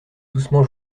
doucement